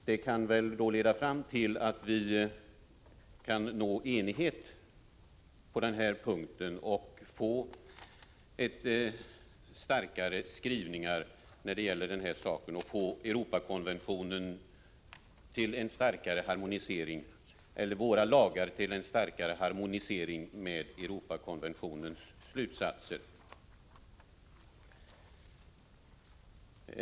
Det kan väl då leda fram till att vi når enighet på denna punkt och får starkare skrivningar när det gäller denna fråga och en bättre harmonisering mellan våra lagar och Europakonventionens slutsatser.